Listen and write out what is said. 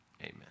amen